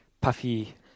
puffy